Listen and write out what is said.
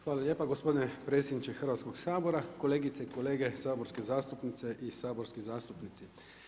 Hvala lijepo gospodine predsjedniče Hrvatskoga sabora, kolegice i kolege saborske zastupnice i saborski zastupnici.